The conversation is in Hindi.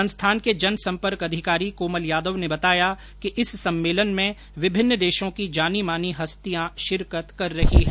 संस्थान के जन सम्पर्क अधिकारी कोमल यादव ने बताया कि इस सम्मेलन में विभिन्न देशों की जानी मानी हस्तियां शिरकत कर रही हैं